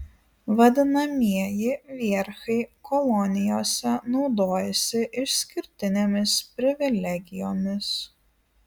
vadinamieji vierchai kolonijose naudojasi išskirtinėmis privilegijomis